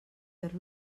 fer